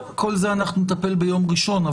טוב, כל זה אנחנו נטפל ביום ראשון.